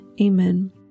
Amen